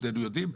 שנינו יודעים,